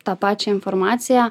tą pačią informaciją